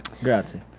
Grazie